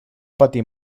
patir